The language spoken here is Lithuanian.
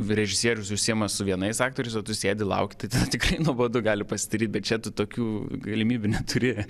režisierius užsiima su vienais aktoriais o tu sėdi laukti tau nuobodu gali pasidaryt bet čia tu tokių galimybių neturi